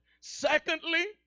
Secondly